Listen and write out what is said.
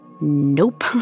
Nope